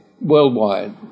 worldwide